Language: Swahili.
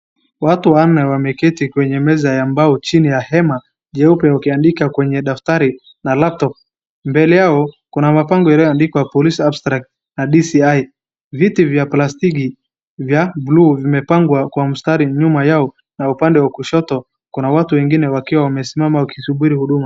Watu wanne wameketi kwenye meza ya mbao chini ya hema jeupe, wakiandika kwenye daftari, na laptop . Mbele yao kuna mabango yaliyoandikwa police abstract na DCI. Viti vya plastiki vya buluu vimepangwa kwa mstari nyuma yao, na pande wa kushoto, kuna watu wengine wakiwa wamesimama wakisubiri huduma.